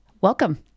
Welcome